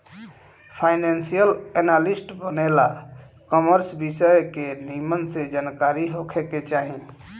financial analyst बने ला commerce विषय के निमन से जानकारी होखे के चाही